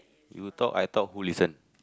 you talk I talk who listen